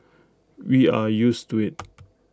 we are used to IT